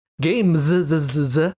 games